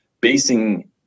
basing